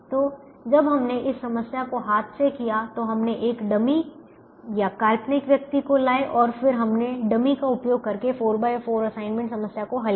तो जब हमने इस समस्या को हाथ से किया तो हमने एक डमी काल्पनिक व्यक्ति को लाए और फिर हमने डमी का उपयोग करके 44 असाइनमेंट समस्या को हल किया